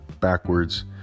backwards